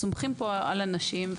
אנחנו סומכים פה על אנשים,